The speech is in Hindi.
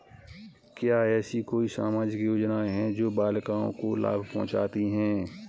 क्या ऐसी कोई सामाजिक योजनाएँ हैं जो बालिकाओं को लाभ पहुँचाती हैं?